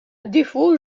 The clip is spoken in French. défaut